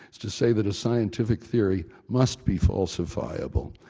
to say that a scientific theory must be falsifiable.